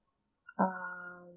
um